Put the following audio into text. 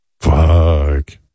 Fuck